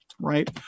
right